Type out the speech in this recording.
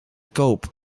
koop